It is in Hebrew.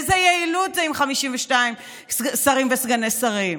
איזו יעילות זו עם 52 שרים וסגני שרים?